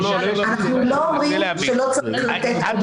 אנחנו לא אומרים שלא צריך לתת --- זה